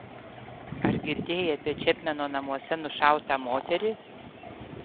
ar girdėjai apie čepmeno namuose nušautą moterį